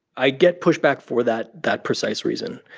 i get pushback for that that precise reason.